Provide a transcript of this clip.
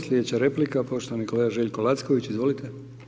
Slijedeća replika, poštovani kolega Željko Lacković, izvolite.